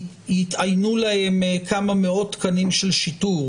יתאיינו להם כמה מאות תקנים של שיטור.